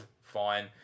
Fine